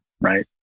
right